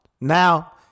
now